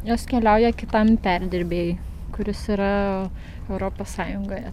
jos keliauja kitam perdirbėjui kuris yra europos sąjungoje